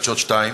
חדשות 2,